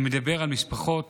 אני מדבר על משפחות